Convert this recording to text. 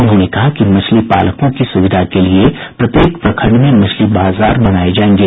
उन्होंने कहा कि मछली पालकों की सुविधा के लिए प्रत्येक प्रखंड में मछली बाजार बनाये जायेंगे